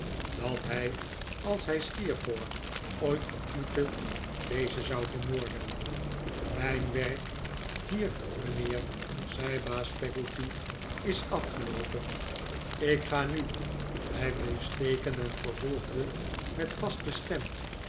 dat hij als hij steerforth ooit ontmoette dezen zou vermoorden mijn werk hier mijnheer zei baas peggotty is afgeloopen ik ga nu hij bleef steken en vervolgde met vaste stem